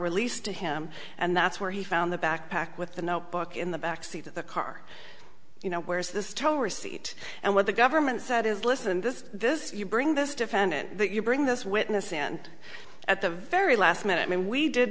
released to him and that's where he found the backpack with the note book in the back seat of the car you know where is this total receipt and what the government said is listen this this you bring this defendant that you bring this witness and at the very last minute when we did